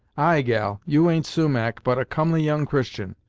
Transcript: ay, gal, you ain't sumach, but a comely young christian,